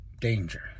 Danger